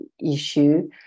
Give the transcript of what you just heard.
issue